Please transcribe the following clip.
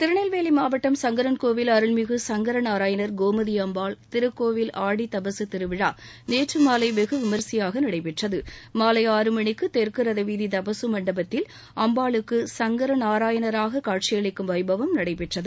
திருநெல்வேலி மாவட்டம் சங்கரன்கோவில் அருள்மிகு சங்கரநாராயணர் கோமதியம்பாள் திருக்கோவில் ஆடித்தபசு திருவிழா நேற்று மாலை வெகு விமரிசையாக நடைபெற்றது மாலை ஆறுமணிக்கு தெற்கு ரதவீதி தபசு மண்டபத்தில் அம்பாளுக்கு சங்கரநாராயணராக காட்சியளிக்கும் வைபவம் நடைபெற்றது